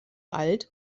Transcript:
alt